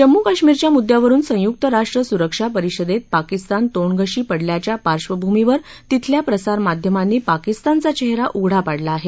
जम्मू कश्मीरच्या मुद्द्यावरून संयुक्त राष्ट्र सुरक्षा परिषदेत पाकिस्तान तोंडघशी पडल्याच्या पार्श्वभूमीवर तिथल्या प्रसारमाध्यमांनी पाकिस्तानचा चेहरा उघडा पाडला आहे